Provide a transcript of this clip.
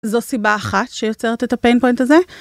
זו סיבה אחת שיוצרת את הפיין פוינט הזה.